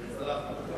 סלחתי.